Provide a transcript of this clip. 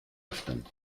öffnen